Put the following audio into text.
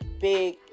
big